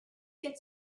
get